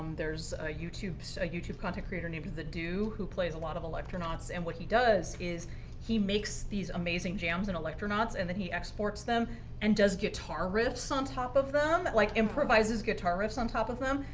there's a youtube so a youtube content creator named the do who plays a lot of electronauts. and what he does is he makes these amazing jams in electronauts, and then he exports them and does guitar riffs on top of them, like improvises guitar riffs on top of them.